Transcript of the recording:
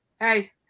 Hey